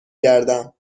گردم